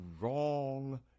wrong